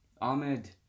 Ahmed